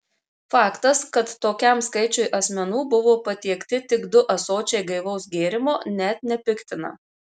faktas kad tokiam skaičiui asmenų buvo patiekti tik du ąsočiai gaivaus gėrimo net nepiktina